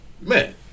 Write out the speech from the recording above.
man